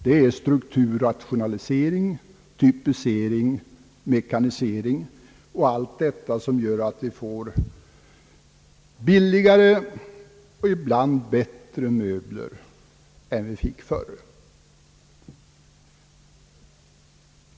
Det är strukturrationalisering, typisering, mekanisering och sådant som gör att vi får billigare och ibland bättre möbler än vi fick förr.